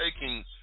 taking